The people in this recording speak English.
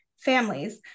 families